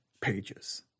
pages